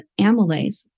amylase